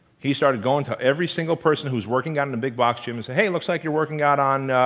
he started going to every single person who was working out in a big box gym and say, hey, looks like you're working out on